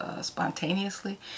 spontaneously